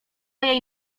jej